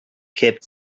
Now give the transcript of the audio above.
kept